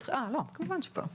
אה לא אתם ממש פה.